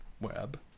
web